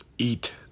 eat